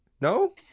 No